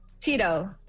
Tito